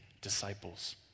disciples